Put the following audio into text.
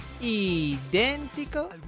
idéntico